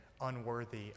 unworthy